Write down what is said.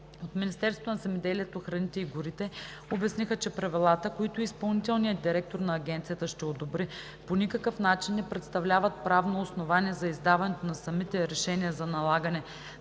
От Министерството на земеделието, храните и горите обясниха, че правилата, които изпълнителният директор на Агенцията ще одобри, по никакъв начин не представляват правно основание за издаването на самите решения за налагане